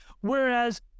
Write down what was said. Whereas